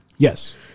Yes